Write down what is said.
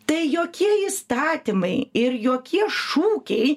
tai jokie įstatymai ir jokie šūkiai